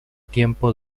tiempo